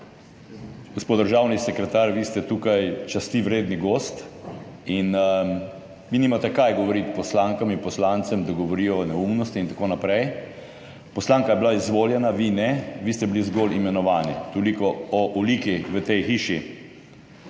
Gospod državni sekretar, vi ste tukaj častivreden gost in vi nimate kaj govoriti poslankam in poslancem, da govorijo neumnosti in tako naprej. Poslanka je bila izvoljena, vi ne, vi ste bili zgolj imenovani. Toliko o oliki v tej hiši.